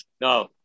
No